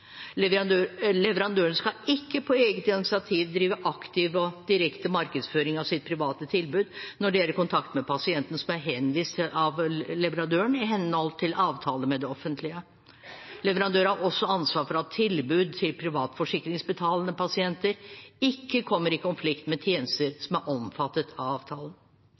skal ikke på eget initiativ drive aktiv og direkte markedsføring av sitt private tilbud når de er i kontakt med pasienter som er henvist av leverandøren i henhold til avtale med det offentlige. Leverandøren har også ansvaret for at tilbud til privatforsikringsbetalende pasienter ikke kommer i konflikt med tjenester som er omfattet av avtalen.